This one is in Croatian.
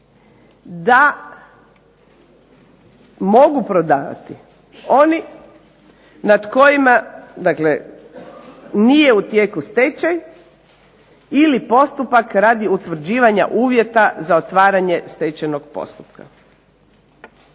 da mogu prodavati oni nad kojima nije u tijeku stečaj ili postupak radi utvrđivanja uvjeta za otvaranje stečajnog postupka.